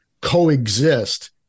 coexist